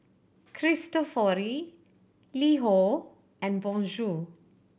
Cristofori LiHo and Bonjour